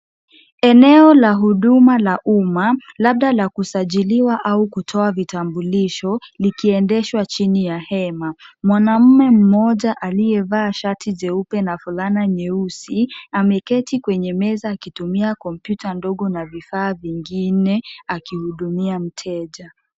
Eneo la huduma la umma, labda la kusajiliwa au kutoa vitambulisho, likiendeshwa chini ya hema Mwanamume mmoja aliyevaa shati jeupe na fulana nyeusi, ameketi kwenye meza akitumia computer ndogo na vifaa vingine akihudumia mteja.